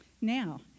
Now